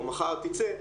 או מחר תצא,